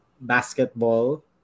basketball